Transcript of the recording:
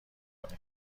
کنی